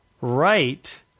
right